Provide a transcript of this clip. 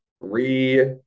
re